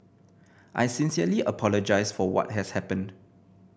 I sincerely apologise for what has happened